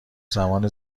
زمان